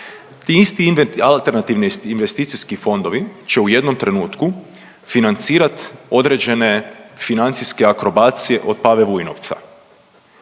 Ti isti alternativni investicijski fondovi će u jednom trenutku financirati određene financijske akrobacije od Pave Vujnovca.